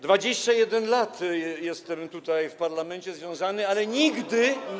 21 lat jestem tutaj, jestem z parlamentem związany, ale nigdy.